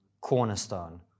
cornerstone